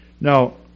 Now